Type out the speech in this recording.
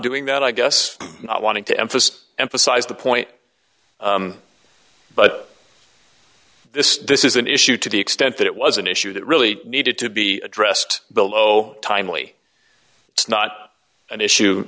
doing that i guess i wanted to emphasize emphasize the point but this this is an issue to the extent that it was an issue that really needed to be addressed below timely it's not an issue